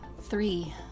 three